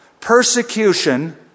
persecution